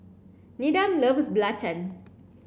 Needham loves Belacan